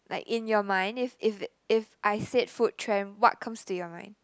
like in your mind if if if I said food trend what comes to your mind